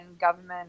government